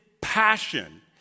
passion